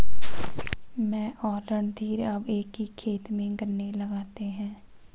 मैं और रणधीर अब एक ही खेत में गन्ने लगाते हैं